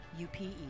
UPE